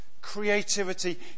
creativity